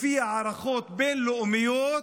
לפי הערכות בין-לאומיות,